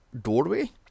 doorway